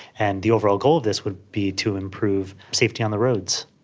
and the overall goal of this would be to improve safety on the roads.